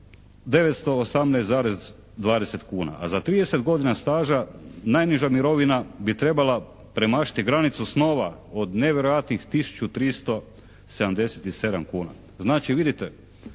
918,20 kuna a za 30 godina staža najniža mirovina bi trebala premašiti granicu snova od nevjerojatnih tisuću 377 kuna. Znači vidite,